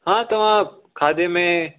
हा तव्हां खाधे में